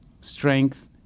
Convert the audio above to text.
strength